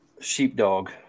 sheepdog